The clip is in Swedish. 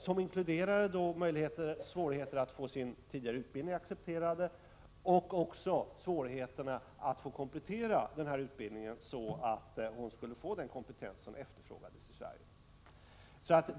Hon hade svårt att få sin tidigare utbildning accepterad och hade också svårt att få komplettera sin utbildning så att hon skulle få den kompetens som efterfrågades i Sverige.